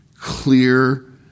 clear